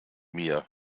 mir